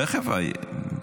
תכף.